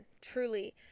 truly